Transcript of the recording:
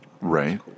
Right